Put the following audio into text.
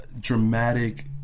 dramatic